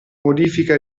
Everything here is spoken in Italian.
modifica